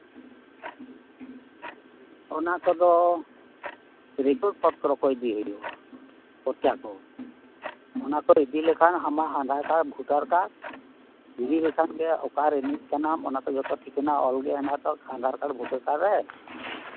ᱚᱱᱟ ᱠᱚᱫᱚ ᱨᱮᱠᱚᱨᱰ ᱯᱚᱛᱨᱚ ᱠᱚ ᱤᱫᱤ ᱦᱩᱭᱩᱜᱼᱟ ᱯᱚᱨᱪᱟ ᱠᱚ ᱚᱱᱟ ᱠᱚ ᱤᱫᱤ ᱞᱮᱠᱷᱟᱱ ᱟᱢᱟᱜ ᱟᱫᱷᱟᱨ ᱠᱟᱨᱰ ᱵᱷᱳᱴᱟᱨ ᱠᱟᱨᱰ ᱤᱫᱤ ᱞᱮᱠᱷᱟᱱᱜᱮ ᱚᱠᱟ ᱨᱤᱱᱤᱪ ᱠᱟᱱᱟᱢ ᱚᱱᱟᱨᱮ ᱡᱚᱛᱚ ᱴᱷᱤᱠᱟᱹᱱᱟ ᱜᱮ ᱚᱞ ᱜᱮ ᱢᱮᱱᱟᱜᱼᱟ ᱟᱫᱷᱟᱨ ᱠᱟᱨᱰ ᱵᱳᱴᱟᱨ ᱠᱟᱨᱰᱨᱮ